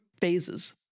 phases